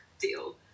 deal